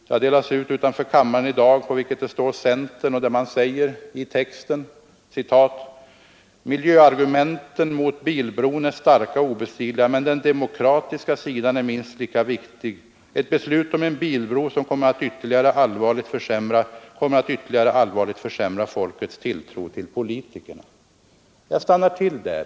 Utanför riksdagshuset har det i dag delats ut flygblad, på vilket det står centern och där man säger i texten: ”Miljöargumenten mot bilbron är starka och obestridliga men den demokratiska sidan är minst lika viktig! Ett beslut nu om en bilbro kommer ytterligare att allvarligt försämra folkets tilltro till politikerna.” Jag stannar till där.